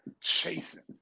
chasing